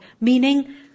Meaning